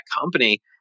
company